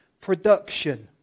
production